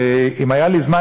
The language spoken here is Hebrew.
אילו היה לי זמן,